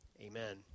Amen